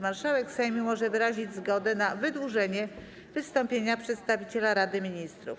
Marszałek Sejmu może wyrazić zgodę na wydłużenie wystąpienia przedstawiciela Rady Ministrów.